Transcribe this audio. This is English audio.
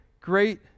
great